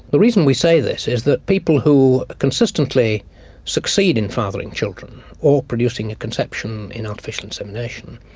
the reason we say this is that people who consistently succeed in fathering children or producing a conception in artificial insemination,